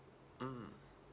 mm